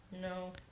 No